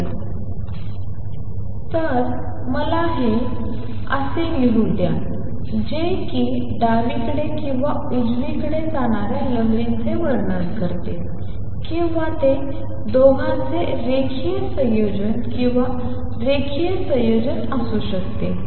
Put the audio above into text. करते तर मला हे 2fx21v22ft2 or 2fx2 1v22ft20 असे लिहू द्या जे कि डावीकडे किंवा उजवीकडे जाणाऱ्या लहरींचे वर्णन करते किंवा ते दोघांचे रेखीय संयोजन किंवा रेखीय संयोजन असू शकते